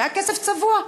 שהיה כסף צבוע,